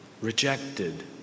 rejected